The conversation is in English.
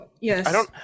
Yes